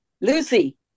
Lucy